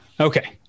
Okay